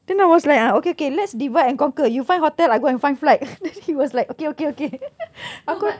ya then I was like ah okay okay let's divide and conquer you find hotel I go and find flight then he was like okay okay okay aku